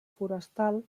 forestal